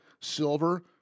silver